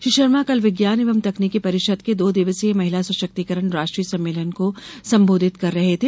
श्री शर्मा कल विज्ञान एवं तकनीकी परिषद् के दो दिवसीय महिला सशक्तिकरण राष्ट्रीय सम्मेलन को संबोधित कर रहे थे